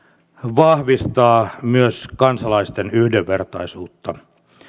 vahvistaa myös kansalaisten yhdenvertaisuutta